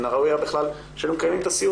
מן הראוי היה שהיינו מקיימים את הסיור